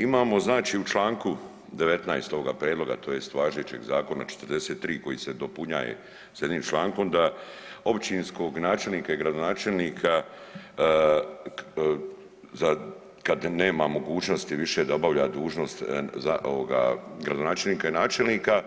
Imamo znači u članku 19. ovoga prijedloga tj. važećeg zakona 43. koji se dopunjuje s jednim člankom da općinskog načelnika i gradonačelnika kada nema mogućnosti više da obavlja dužnost gradonačelnika i načelnika